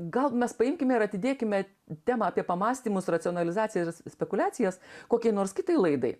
gal mes paimkime ir atidėkime temą apie pamąstymus racionalizacijas spekuliacijas kokiai nors kitai laidai